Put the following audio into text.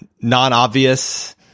non-obvious